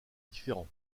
différent